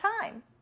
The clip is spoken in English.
time